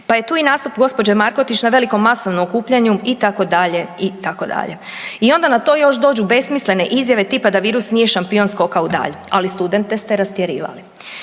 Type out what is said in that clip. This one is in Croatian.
Pa je tu i nastup gospođe Markotić na velikom masovnom okupljanju itd., itd. I onda na to dođu besmislene izjave tipa da virus nije šampion skoka u dalj, ali studente ste rastjerivali.